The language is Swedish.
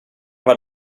var